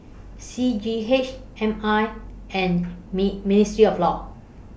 C G H M I and Me Ministry of law